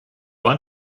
want